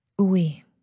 Oui